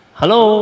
hello